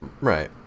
Right